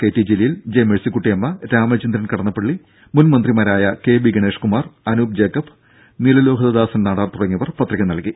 K T Jaleel J Mercykuttyamma Ramachandran Kadannappally മുൻ മന്ത്രിമാരായ K B Ganesh Kumar Anoop Jacob Neelalohithadasan Nadar തുടങ്ങിയവർ പത്രിക നൽകി